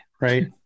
right